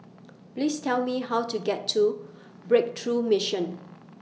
Please Tell Me How to get to Breakthrough Mission